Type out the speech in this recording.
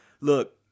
look